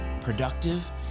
productive